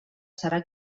serà